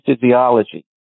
physiology